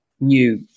new